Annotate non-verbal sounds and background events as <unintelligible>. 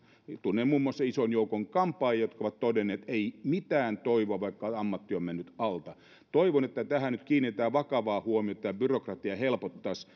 tunnen muun muassa ison joukon kampaajia jotka ovat todenneet että ei mitään toivoa vaikka ammatti on mennyt alta toivon että tähän nyt kiinnitetään vakavaa huomiota että tämä byrokratia helpottaisi <unintelligible>